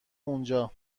اونجا